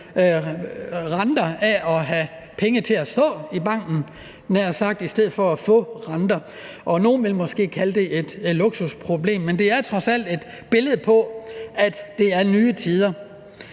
renter af at have penge til at stå i banken, havde jeg nær sagt, i stedet for at få renter. Nogle vil måske kalde det et luksusproblem, men det er trods alt et billede på, at det er nye tider.